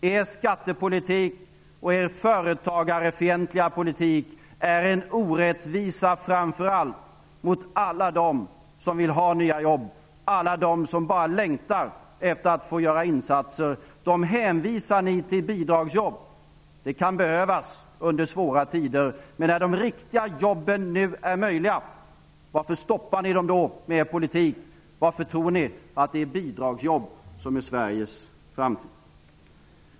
Er skattepolitik och er företagarfientliga politik är en orättvisa framför allt mot alla dem som vill ha nya jobb, alla dem som bara längtar efter att få göra insatser. Ni hänvisar dem till bidragsjobb. Det kan behövas under svåra tider, men när de riktiga jobben nu är möjliga att skapa, varför stoppar ni dem då med er politik, varför tror ni att det är bidragsjobb som är Sveriges framtid?